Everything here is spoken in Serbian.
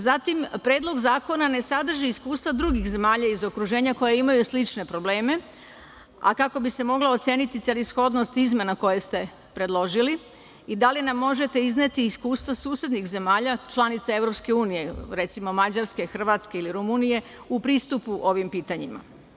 Zatim, Predlog zakona ne sadrži iskustva drugih zemalja iz okruženja koje imaju slične probleme, a kako bi se mogla oceniti celishodnost izmena koje ste predložili, da li nam možete izneti iskustva susednih zemalja, članica EU, recimo Mađarske, Hrvatske ili Rumunije, u pristupi ovim pitanjima.